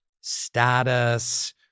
status